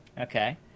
Okay